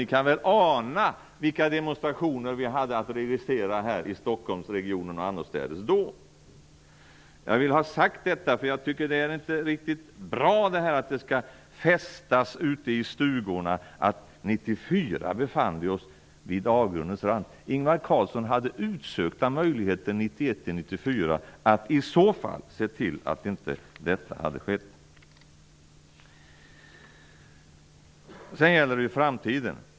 Ni kan väl ana vilka demonstrationer vi då hade att möta i Stockholmsregionen och annorstädes. Detta vill jag ha sagt, därför att jag inte tycker att det är bra att det skall befästas ute i stugorna att vi 1994 befann oss vid avgrundens rand. Ingvar Carlsson hade utsökta möjligheter 1991-1994 att se till att detta inte hade skett. Sedan gäller det framtiden.